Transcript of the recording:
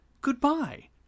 Goodbye